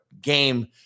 game